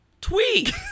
Tweet